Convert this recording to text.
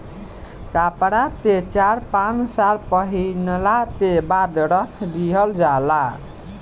कपड़ा के चार पाँच साल पहिनला के बाद रख दिहल जाला